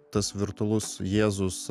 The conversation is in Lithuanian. tas virtualus jėzus